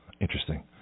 Interesting